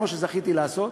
כמו שזכיתי לעשות.